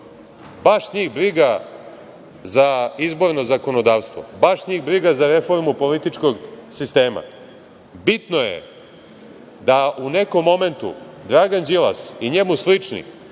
Baš njih briga za izborno zakonodavstvo. Baš njih briga za reformu političkog sistema. Bitno je da u nekom momentu Dragan Đilas i njemu slični